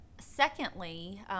secondly